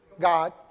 God